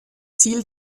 ziel